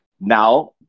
Now